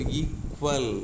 equal